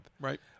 right